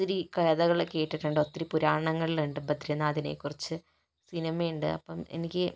ഒത്തിരി കഥകൾ കേട്ടിട്ടുണ്ട് ഒത്തിരി പുരാണങ്ങളിലുണ്ട് ബദ്രിനാഥിനെക്കുറിച്ച് സിനിമയുണ്ട് അപ്പം എനിക്ക്